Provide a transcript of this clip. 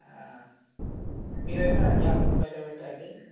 మీరైతే ఆ గ్యాసు ను బయట పెట్టండి